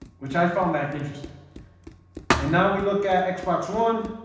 which i found that interesting and now we look at xbox one